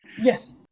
Yes